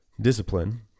discipline